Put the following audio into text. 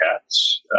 cats